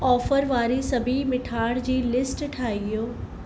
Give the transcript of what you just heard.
offer वारी सभई मिठाण जी लिस्ट ठाहियो